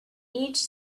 each